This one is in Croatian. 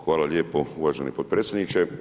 Hvala lijepo uvaženi potpredsjedniče.